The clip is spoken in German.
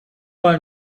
mal